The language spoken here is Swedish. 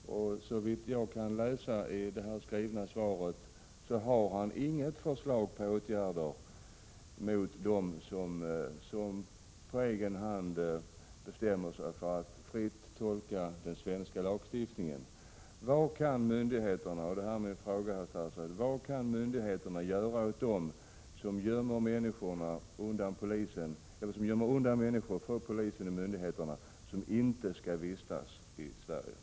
Såvitt jag kan läsa ut i det skrivna svaret har han inga förslag på åtgärder mot dem som på egen hand bestämmer sig för att fritt tolka den svenska lagstiftningen. Det här är min fråga, herr statsråd: Vad kan myndigheterna göra åt dem som gömmer människor undan polis och myndigheter, människor som inte skall vistas i Sverige?